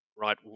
right